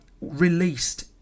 released